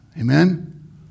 Amen